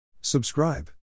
Subscribe